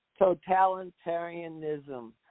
totalitarianism